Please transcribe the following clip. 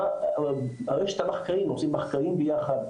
יש מחקרים שעושים ביחד.